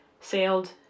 sailed